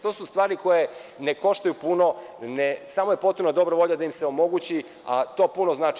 To su stvari koje ne koštaju puno, samo je potrebna dobra volja da im se omogući, a to puno znači.